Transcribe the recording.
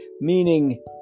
meaning